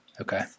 Okay